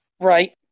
right